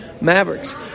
Mavericks